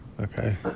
Okay